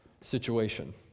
situation